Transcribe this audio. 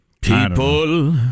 People